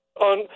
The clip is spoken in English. on